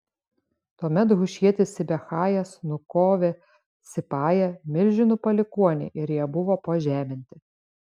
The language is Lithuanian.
tuomet hušietis sibechajas nukovė sipają milžinų palikuonį ir jie buvo pažeminti